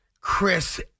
Chris